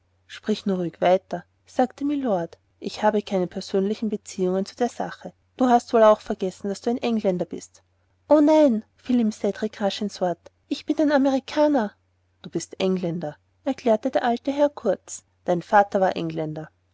sprich nur ruhig weiter sagte mylord ich habe keine persönlichen beziehungen zu der sache du hast wohl auch vergessen daß du ein engländer bist o nein fiel ihm cedrik rasch ins wort ich bin ein amerikaner du bist ein engländer erklärte der alte herr kurz dein vater war ein engländer